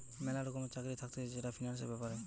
ম্যালা রকমের চাকরি থাকতিছে যেটা ফিন্যান্সের ব্যাপারে